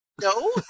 No